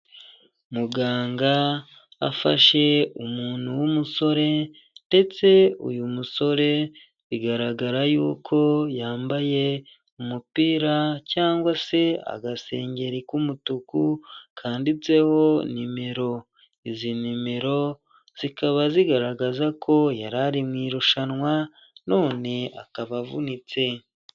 Muganga afashe umuntu w'umusore ndetse uyu musore bigaragara yuko yambaye umupira cyangwa se agasengeri k'umutuku kanditseho nimero. Izi nimero zikaba zigaragaza ko yari ari mu irushanwa none akaba avunitse.